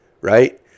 Right